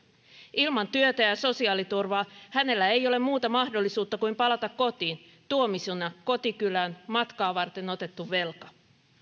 ilman työtä ja sosiaaliturvaa hänellä ei ole muuta mahdollisuutta kuin palata kotiin tuomisina kotikylään matkaa varten otettu velka